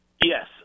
Yes